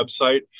website